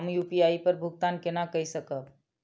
हम यू.पी.आई पर भुगतान केना कई सकब?